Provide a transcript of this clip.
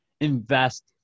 invest